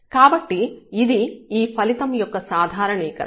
కాబట్టి ఇది ఈ ఫలితం యొక్క సాధారణీకరణం